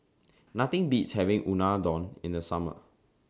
Nothing Beats having Unadon in The Summer